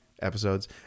episodes